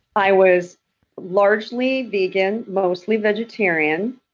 i was largely vegan, mostly vegetarian,